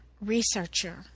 researcher